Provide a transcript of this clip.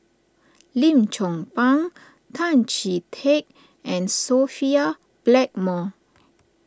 Lim Chong Pang Tan Chee Teck and Sophia Blackmore